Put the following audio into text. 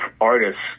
artists